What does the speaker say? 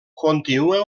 continua